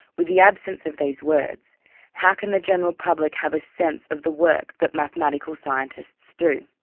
with the absence of these words how can the general public have a sense of the work that mathematical scientists do?